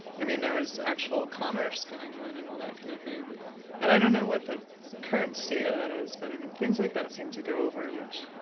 i mean, there was actual commerce going on and all that kind of thing and i don't know what the current state of that is, but i mean things like that seemed to go over very much.